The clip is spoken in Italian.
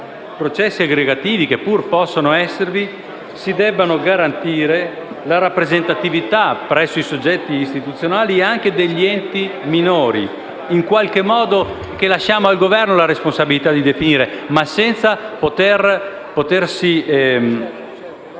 processi aggregativi, che pure possono esserci, si debba garantire la rappresentatività presso i soggetti istituzionali anche degli enti minori - in qualche modo lasciamo al Governo la responsabilità di definirli, ma senza potersi